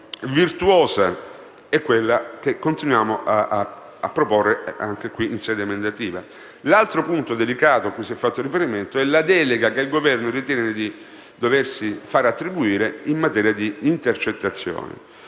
fatto riferimento è la delega che il Governo ritiene di doversi far attribuire in materia di intercettazioni.